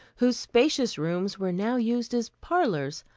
whose spacious rooms were now used as parlors,